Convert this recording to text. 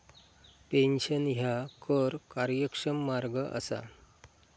pension ह्या कर कार्यक्षम मार्ग असा